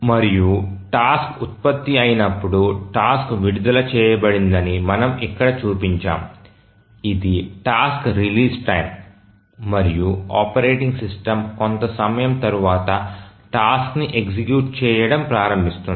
మరియు టాస్క్ ఉత్పత్తి అయినప్పుడు టాస్క్ విడుదల చేయబడిందని మనము ఇక్కడ చూపించాము ఇది టాస్క్ రిలీజ్ టైమ్ మరియు ఆపరేటింగ్ సిస్టమ్ కొంత సమయం తర్వాత టాస్క్ ని ఎగ్జిక్యూట్ చేయడం ప్రారంభిస్తుంది